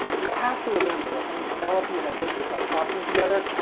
we have to remember that when penelope and odysseus are talking together,